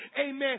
amen